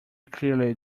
clearly